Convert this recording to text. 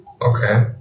okay